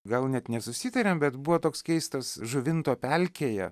gal net nesusitarėm bet buvo toks keistas žuvinto pelkėje